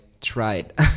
tried